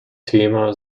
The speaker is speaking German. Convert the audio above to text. thema